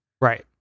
Right